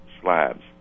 slabs